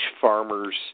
farmer's